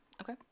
Okay